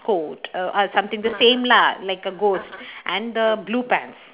coat err uh something the same lah like a ghost and the blue pants